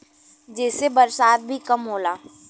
जेसे बरसात भी कम होला